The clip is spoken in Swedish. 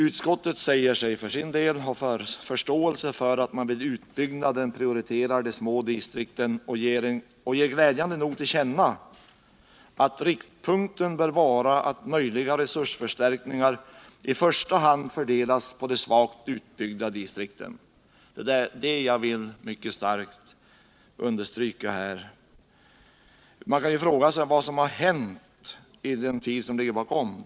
Utskottet säger sig ha förståelse för att man vid utbyggnaden prioriterar de små distrikten och ger glädjande nog till känna att ”riktpunkten bör vara att möjliga resursförstärkningar i första hand fördelas på de svagt utbyggda distrikten”. Detta vill jag mycket starkt understryka. Man kan fråga sig vad som hänt under den tid som ligger bakom oss.